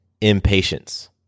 impatience